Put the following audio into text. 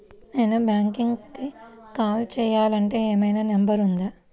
నేను బ్యాంక్కి కాల్ చేయాలంటే ఏమయినా నంబర్ ఉందా?